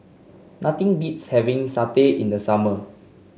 nothing beats having satay in the summer